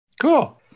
cool